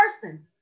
person